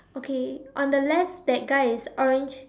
okay on the left that guy is orange